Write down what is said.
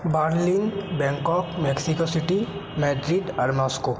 Berlin Bangkok Mexico City Madrid আর Moscow